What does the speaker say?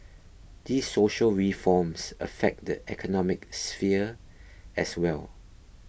these social reforms affect the economic sphere as well